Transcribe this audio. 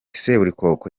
seburikoko